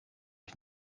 ich